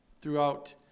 throughout